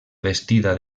vestida